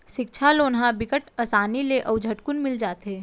सिक्छा लोन ह बिकट असानी ले अउ झटकुन मिल जाथे